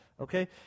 Okay